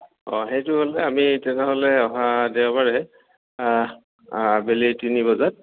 অঁ সেইটো হ'লে আমি তেনেহ'লে অহা দেওবাৰে অ আবেলি তিনি বজাত